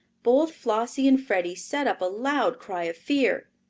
both flossie and freddie set up a loud cry of fear.